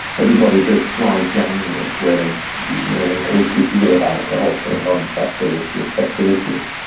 everybody does dry january where they encourage people to give up alcohol for a month after the the festivities.